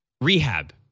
rehab